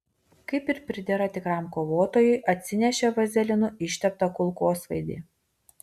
kaip ir pridera tikram kovotojui atsinešė vazelinu išteptą kulkosvaidį